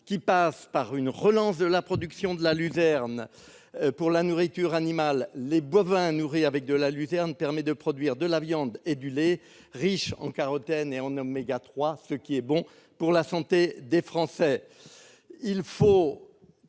qui passe par une relance de la production de la luzerne pour la nourriture animale. Une telle nourriture permet de produire de la viande et du lait riches en carotène et en oméga 3, ce qui est bon pour la santé des Français.